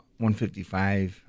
155